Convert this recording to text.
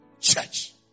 church